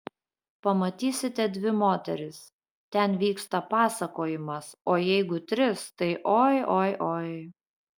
pamatysite dvi moteris ten vyksta pasakojimas o jeigu tris tai oi oi oi